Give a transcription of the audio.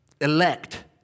elect